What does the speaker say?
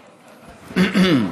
הצבעה.